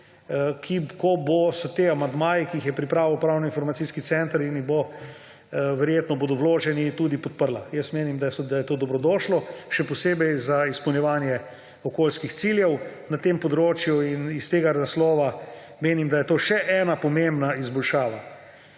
– to so ti amandmaji, ki jih je pripravil Pravno-informacijski center in verjetno bodo vloženi – tudi podprla. Menim, da je to dobrodošlo, še posebej za izpolnjevanje okoljskih ciljev na tem področju in iz tega naslova menim, da je to še ena pomembna izboljšava.